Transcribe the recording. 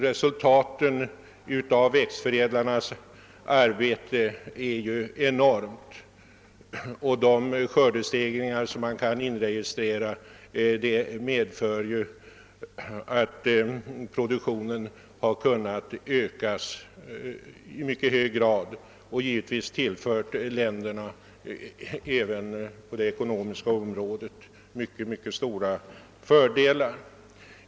Resultaten av växtförädlarnas arbete är enorma och skördestegringarna har medfört att produktionen kunnat ökas i mycket hög grad. Givetvis har dessa länder även på det ekonomiska området härigenom kunnat vinna mycket stora fördelar.